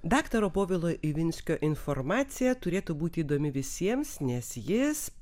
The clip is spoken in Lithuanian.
daktaro povilo ivinskio informacija turėtų būti įdomi visiems nes jis